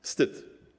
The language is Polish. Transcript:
Wstyd.